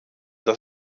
das